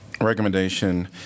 recommendation